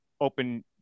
open